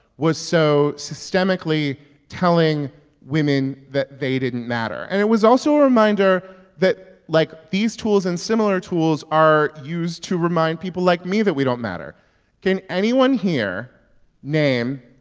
was so systemically telling women that they didn't matter. and it was also a reminder that, like, these tools and similar tools are used to remind people like me that we don't matter can anyone here name,